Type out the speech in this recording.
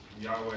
Yahweh